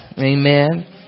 Amen